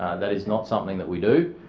that is not something that we do.